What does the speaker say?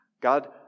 God